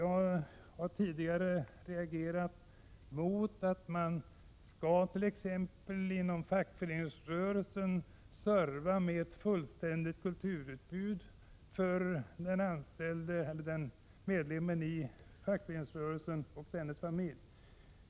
Jag har tidigare reagerat mot att man inom fackföreningsrörelsen skall serva med ett fullständigt kulturutbud för sina medlemmar och deras familjer.